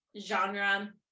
genre